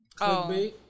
Clickbait